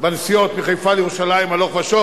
בנסיעות מחיפה לירושלים הלוך ושוב,